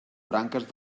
branques